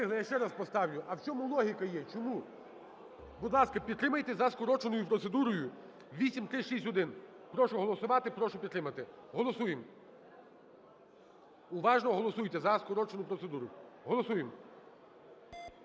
встигли. Я ще раз поставлю. А в чому логіка є? Чому? Будь ласка, підтримайте за скороченою процедурою 8361. Прошу голосувати, прошу підтримати. Голосуємо. Уважно голосуйте за скорочену процедуру. Голосуємо.